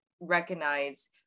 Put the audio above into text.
recognize